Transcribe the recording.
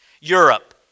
Europe